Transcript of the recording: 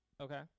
Okay